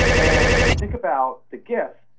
and if you think about the gif,